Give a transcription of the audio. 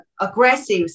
aggressive